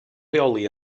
rheoli